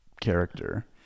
character